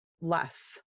less